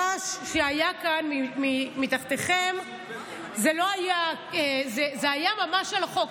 הרעש שהיה כאן מתחתיכם היה ממש על החוק.